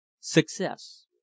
success